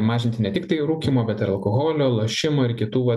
mažinti ne tiktai rūkymo bet ir alkoholio lošimų ir kitų